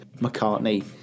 McCartney